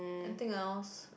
anything else